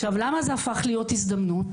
למה זה הפך להיות הזדמנות,